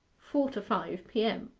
four to five p m.